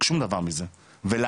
שום דבר מזה ולמה?